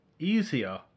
easier